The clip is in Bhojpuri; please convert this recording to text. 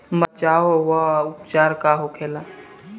बचाव व उपचार का होखेला?